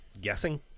guessing